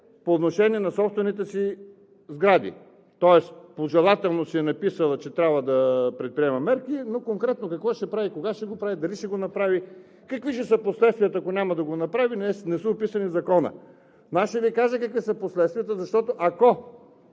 по отношение на собствените си сгради. Тоест пожелателно си е написала, че трябва да предприема мерки, но конкретно какво ще прави, кога ще го прави, дали ще го направи, какви ще са последствията, ако няма да го направи, не са описани в Закона. Ще Ви кажа какви са последствията, защото ако